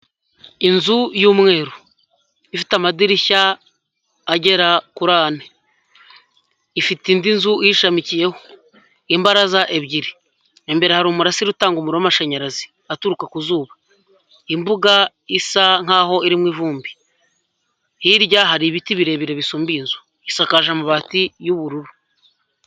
Inzu y'umweru ifite amadirishya agera kuri ane ifite indi nzu iyishamikiyeho imbaraza ebyiri imbere hari umurasire utanga umuriro w'amashanyarazi aturuka ku zuba imbuga isa nkaho irimo ivumbi, hirya hari ibiti birebire bisumba inzu isakaje amabati y'ubururu.